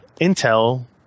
Intel